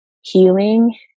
healing